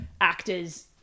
actors